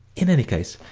in any case,